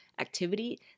activity